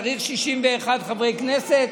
צריך 61 חברי כנסת.